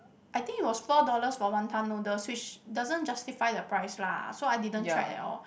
I think it was four dollars for wanton noodles which doesn't justify the price lah so I didn't tried at all